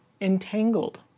Entangled